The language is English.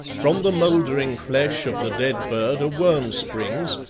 from the mouldering flesh of the dead bird a worm springs,